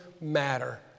matter